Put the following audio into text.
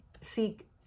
seek